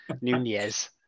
Nunez